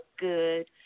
good